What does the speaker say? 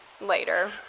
later